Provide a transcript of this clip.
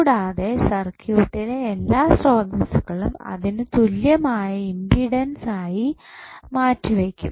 കൂടാതെ സർക്യൂട്ടിലെ എല്ലാ സ്രോതസ്സുകളും അതിനു തുല്യമായ ഇമ്പിഡെൻസ് ആയി മാറ്റി വെയ്ക്കും